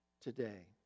today